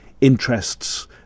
interests